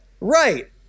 right